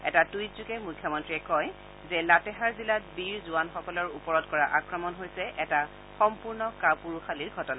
এটা টুইটযোগে মুখ্যমন্ত্ৰীয়ে কয় যে লাটেহাৰ জিলাত বীৰ জোৱানসকলৰ ওপৰত কৰা আক্ৰমণ হৈছে এটা সম্পূৰ্ণ কাপুৰুযালিৰ ঘটনা